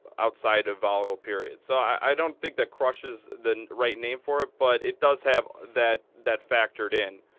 outside a volatile period. so i don't think that crush is the right name for it. but it does have that that factored in.